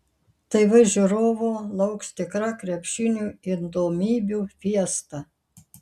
tv žiūrovų lauks tikra krepšinio įdomybių fiesta